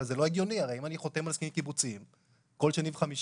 אבל זה לא הגיוני: הרי אם אני חותם על הסכמים קיבוציים כל שני וחמישי,